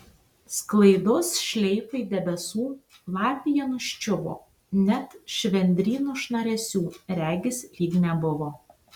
sklaidos šleifai debesų lapija nuščiuvo net švendryno šnaresių regis lyg nebuvo